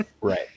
Right